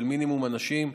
או מינימום אנשים,